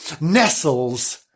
Nestles